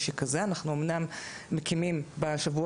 ואנחנו מזמינים את כולם